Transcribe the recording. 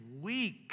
weak